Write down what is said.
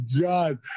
God